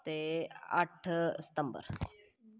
ते अट्ठ सितंबर